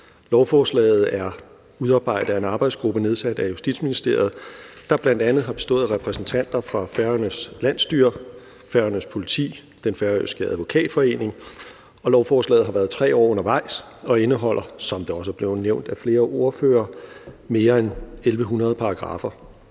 Lovforslaget er udarbejdet af en arbejdsgruppe nedsat af Justitsministeriet, der bl.a. har bestået af repræsentanter fra Færøernes landsstyre, Færøernes Politi, Den Færøske Advokatforening. Lovforslaget har været 3 år undervejs og indeholder, som det også er blevet nævnt af flere ordførere, mere end 1.100 paragraffer.